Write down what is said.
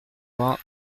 vingt